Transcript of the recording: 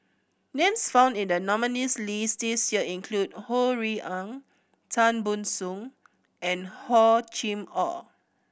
names found in the nominees' list this year include Ho Rui An Tan Ban Soon and Hor Chim Or